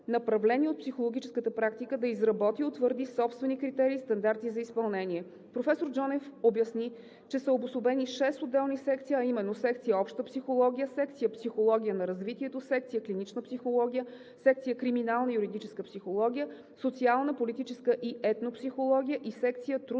направление от психологическата практика да изработи и утвърди собствени критерии и стандарти за изпълнение. Професор Джонев обясни, че са обособени шест отделни секции, а именно секция „Обща психология“; секция „Психология на развитието“; секция „Клинична психология“; секция „Криминална и юридическа психология“; „Социална, политическа и етно-психология“ и секция „Трудова и